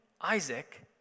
Isaac